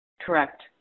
Correct